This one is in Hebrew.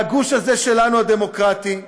והגוש הזה שלנו, הדמוקרטי,